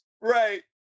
Right